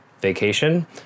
vacation